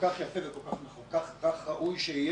יפה וראוי.